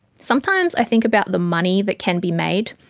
sometimes i think about the money that can be made,